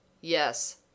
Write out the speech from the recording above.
YES